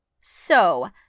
So